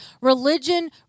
Religion